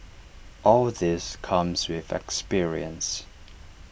all this comes with experience